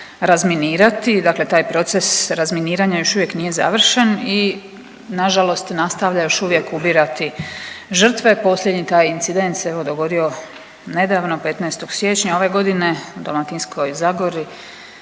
razminirati, dakle taj proces razminiranja još uvijek nije završen i nažalost nastavlja još uvijek ubirati žrtve, posljednji taj incident se evo dogodio nedavno 15. siječnja ove godine u Dalmatinskoj zagori,